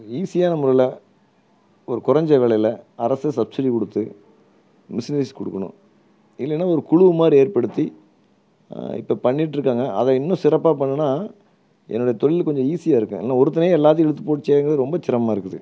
ஈஸியான முறையில் ஒரு குறைஞ்ச விலைல அரசு சப்சிடி கொடுத்து மிஷினரிஸ் கொடுக்கணும் இல்லைன்னா ஒரு குழு மாதிரி ஏற்படுத்தி இப்போ பண்ணிட்டிருக்காங்க அதை இன்னும் சிறப்பாக பண்ணுனால் என்னுடைய தொழில் கொஞ்சம் ஈஸியாக இருக்கும் என்ன ஒருத்தனையா எல்லாத்தேயும் இழுத்து போட்டு செய்யணுங்கறது ரொம்ப சிரமமாக இருக்குது